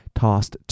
tossed